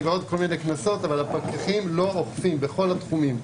ועוד כול מיני קנסות אבל הפקחים לא אוכפים בכול התחומים.